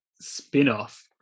spin-off